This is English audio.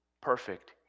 perfect